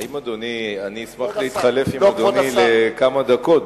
אני אשמח להתחלף עם אדוני לכמה דקות.